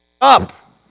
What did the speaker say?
up